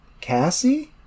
Cassie